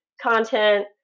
content